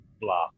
blah